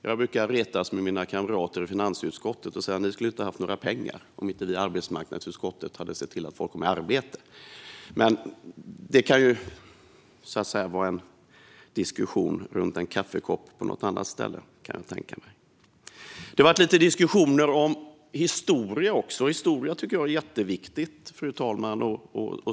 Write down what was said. Jag brukar retas med mina kamrater i finansutskottet och säga: Ni skulle inte haft några pengar om inte vi i arbetsmarknadsutskottet hade sett till att folk kommer i arbete. Men det kan vara en diskussion runt en kaffekopp på något annat ställe. Det har varit lite diskussioner om historia. Jag tycker att historia är jätteviktigt, fru talman.